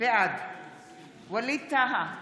בעד ווליד טאהא,